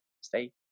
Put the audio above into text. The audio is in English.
stay